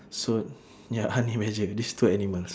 so ya honey badger this two animals